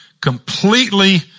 completely